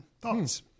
thoughts